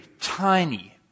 tiny